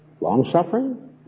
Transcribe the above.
long-suffering